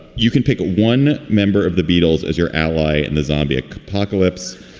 you can pick one member of the beatles as your ally in the zombie apocalypse.